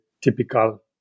typical